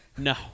No